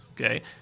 okay